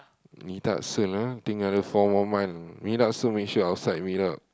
meet up soon ah think another four more month meet up soon make sure outside meet up